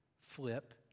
Flip